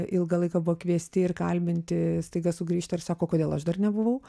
ilgą laiką buvo kviesti ir kalbinti staiga sugrįžta ir sako kodėl aš dar nebuvau